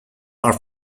are